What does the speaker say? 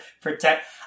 protect